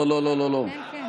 לא, לא.